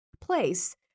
place